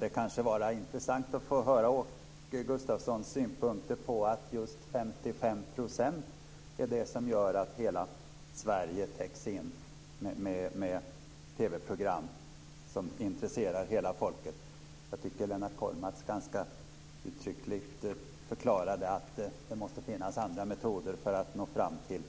Det kunde vara intressant att höra Åke Gustavssons synpunkter på att kravet på att 55 % av programmen ska produceras utanför Stockholm skulle vara det som gör att vi får TV-program som intresserar hela folket. Jag tycker att Lennart Kollmats förklarade ganska tydligt att det måste finnas andra metoder för att nå fram till